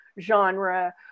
genre